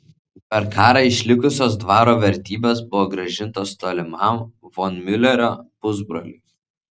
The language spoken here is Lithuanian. per karą išlikusios dvaro vertybės buvo grąžintos tolimam von miulerio pusbroliui